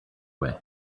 way